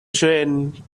train